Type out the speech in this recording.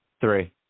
Three